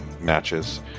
matches